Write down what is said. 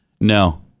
No